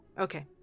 Okay